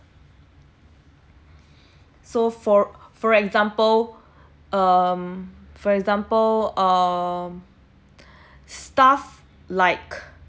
so for for example um for example um stuff like